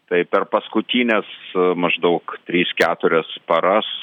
tai per paskutines maždaug tris keturias paras